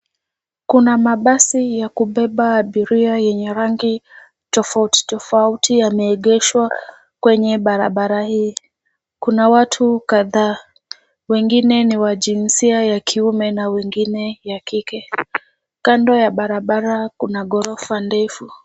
Kuna mabasi ya kubeba abiria yenye rangi tofauti tofauti yameegeshwa kwenye barabara hii. Kuna watu kadhaa, wengine ni wa jinsia ya kiume na wengine ya kike. Kando ya barabara kuna ghorofa ndefu.